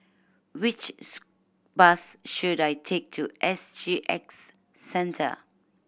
which bus should I take to S G X Centre